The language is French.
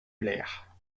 blair